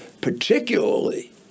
Particularly